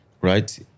right